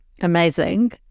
Amazing